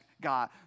God